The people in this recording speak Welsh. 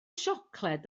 siocled